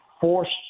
forced